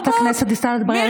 חברת הכנסת דיסטל אטבריאן,